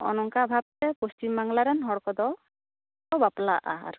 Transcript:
ᱱᱚᱜ ᱱᱚᱝᱠᱟ ᱵᱷᱟᱵᱛᱮ ᱯᱚᱥᱪᱤᱱ ᱵᱟᱝᱞᱟ ᱨᱮᱱ ᱦᱚᱲ ᱠᱚᱫᱚ ᱠᱚ ᱵᱟᱯᱞᱟᱜᱼᱟ ᱟᱨᱠᱤ